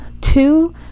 two